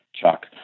Chuck